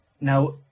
Now